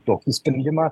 tokį sprendimą